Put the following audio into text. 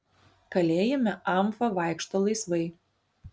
kalėjime amfa vaikšto laisvai